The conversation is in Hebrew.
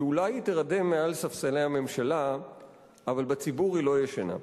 כי אולי היא תירדם מעל ספסלי הממשלה אבל בציבור היא לא ישנה.